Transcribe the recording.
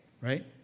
Right